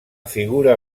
figura